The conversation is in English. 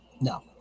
No